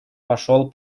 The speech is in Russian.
пошел